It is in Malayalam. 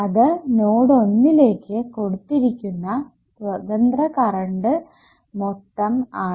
അത് നോഡ് ഒന്നിലേക്ക് കൊടുത്തിരിക്കുന്ന സ്വതന്ത്ര കറൻറ് മൊത്തം ആണ്